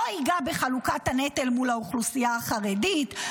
לא ייגע בחלוקת הנטל מול האוכלוסייה החרדית,